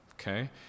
okay